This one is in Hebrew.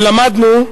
ולמדנו,